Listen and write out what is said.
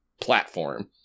platform